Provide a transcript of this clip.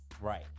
Right